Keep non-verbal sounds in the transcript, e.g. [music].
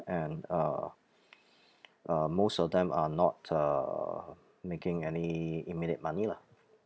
and uh [breath] uh most of them are not uh making any immediate money lah